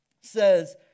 says